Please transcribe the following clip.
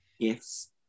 gifts